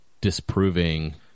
disproving